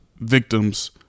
victims